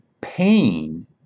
Pain